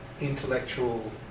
intellectual